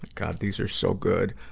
god, these are so good.